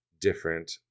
different